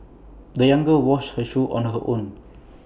the young girl washed her shoes on her own